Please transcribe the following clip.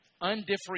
undifferentiated